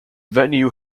venue